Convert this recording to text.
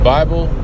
Bible